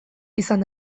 izan